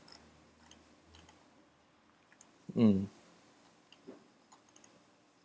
mm